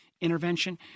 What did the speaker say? intervention